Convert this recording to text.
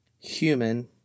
Human